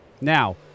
now